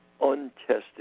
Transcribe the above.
untested